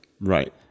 right